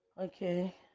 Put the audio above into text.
okay